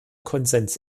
konsens